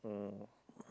um